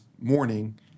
morning